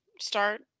start